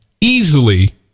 easily